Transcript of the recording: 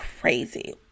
crazy